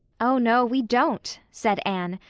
oh, no, we don't, said anne,